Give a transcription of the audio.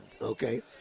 Okay